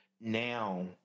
now